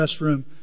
restroom